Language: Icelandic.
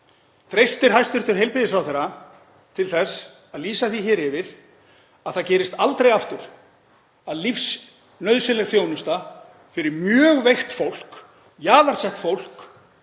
Treystir hæstv. heilbrigðisráðherra sér til þess að lýsa því hér yfir að það gerist aldrei aftur að lífsnauðsynleg þjónusta fyrir mjög veikt fólk, jaðarsett fólk